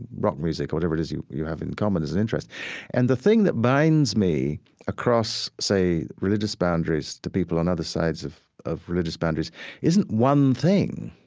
rock music or whatever it is that you have in common as an interest and the thing that binds me across, say, religious boundaries to people on other sides of of religious boundaries isn't one thing,